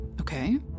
okay